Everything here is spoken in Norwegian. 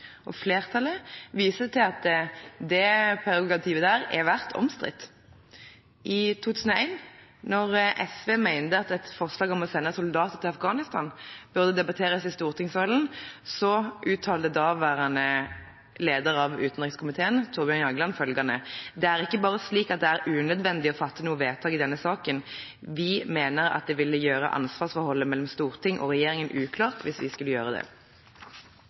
Flertallet viser til at dette prerogativet har vært omstridt. I 2001, da SV mente at et forslag om å sende soldater til Afghanistan burde debatteres i stortingssalen, uttalte daværende leder av utenrikskomiteen, Thorbjørn Jagland, følgende: «Det er ikke bare slik at det er unødvendig å fatte noe vedtak i denne saken. Vi mener at det ville gjøre ansvarsforholdet mellom storting og regjering uklart hvis vi skulle gjøre det.»